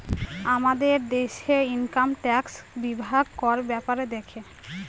আমাদের দেশে income tax বিভাগ কর ব্যাপারে দেখে